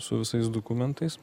su visais dokumentais